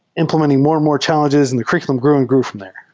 imp lementing more and more challenges and the curr iculum grew and grew from there.